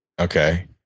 Okay